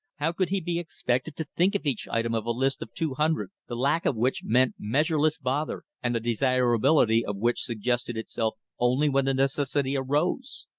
how could he be expected to think of each item of a list of two hundred, the lack of which meant measureless bother, and the desirability of which suggested itself only when the necessity arose?